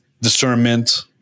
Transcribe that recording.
discernment